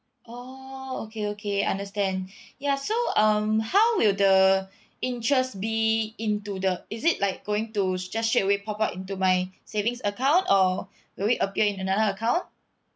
oh okay okay understand ya so um how will the interest be into the is it like going to just straightaway pop up into my savings account or will it appear in another account